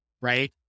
Right